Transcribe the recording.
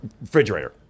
refrigerator